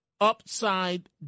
upside